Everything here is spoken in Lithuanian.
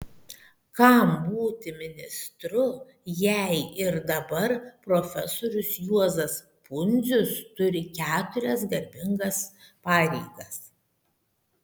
kam būti ministru jei ir dabar profesorius juozas pundzius turi keturias garbingas pareigas